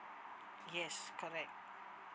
yes correct